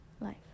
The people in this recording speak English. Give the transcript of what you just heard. life